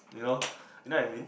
you know you know what I mean